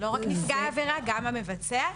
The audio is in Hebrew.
לא רק נפגע העבירה, גם המבצע?